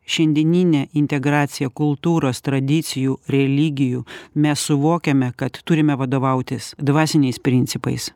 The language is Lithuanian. šiandieninė integracija kultūros tradicijų religijų mes suvokiame kad turime vadovautis dvasiniais principais